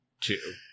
two